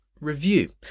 review